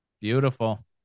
Beautiful